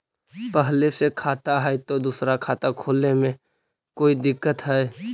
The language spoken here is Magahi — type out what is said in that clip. पहले से खाता है तो दूसरा खाता खोले में कोई दिक्कत है?